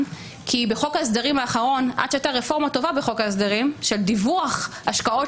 כי עד שהייתה רפורמה טובה בחוק ההסדרים של דיווח השקעות